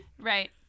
Right